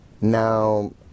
Now